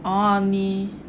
orh 你